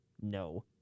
no